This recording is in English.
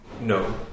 No